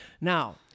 Now